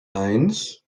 eins